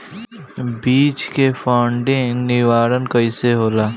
बीज के फफूंदी निवारण कईसे होला?